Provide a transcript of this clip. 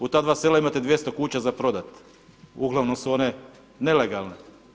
U ta dva sela imate 200 kuća za prodati, uglavnom su one nelegalne.